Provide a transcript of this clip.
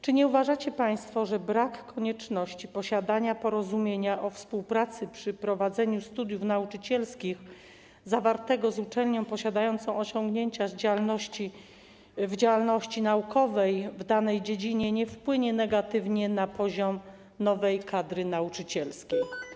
Czy nie uważacie państwo, że brak konieczności posiadania porozumienia o współpracy przy prowadzeniu studiów nauczycielskich zawartego z uczelnią posiadającą osiągnięcia w działalności naukowej w danej dziedzinie nie wpłynie negatywnie na poziom nowej kadry nauczycielskiej?